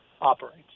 operates